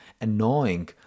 annoying